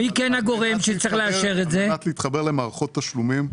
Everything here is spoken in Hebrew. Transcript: על מנת להתחבר למערכות תשלומים,